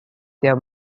their